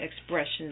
expressions